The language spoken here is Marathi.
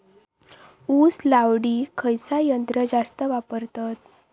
ऊस लावडीक खयचा यंत्र जास्त वापरतत?